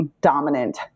dominant